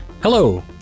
Hello